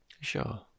Sure